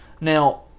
Now